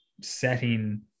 setting